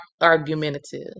argumentative